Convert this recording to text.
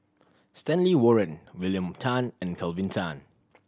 Stanley Warren William Tan and Kelvin Tan